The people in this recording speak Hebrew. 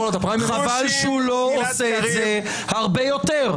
חבל שהוא לא עושה את זה הרבה יותר.